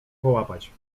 połapać